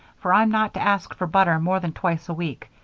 for i'm not to ask for butter more than twice a week.